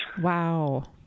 Wow